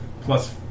Plus